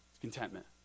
Contentment